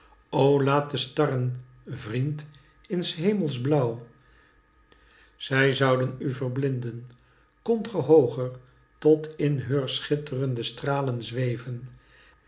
laat de starren vriend in s hemels blauw zij zouden u verblinden kondt ge hooger tot in heur schitterende stralen zweven